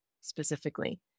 specifically